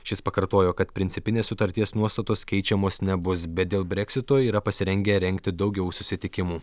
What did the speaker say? šis pakartojo kad principinės sutarties nuostatos keičiamos nebus bet dėl breksito yra pasirengę rengti daugiau susitikimų